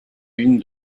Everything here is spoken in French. une